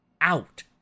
out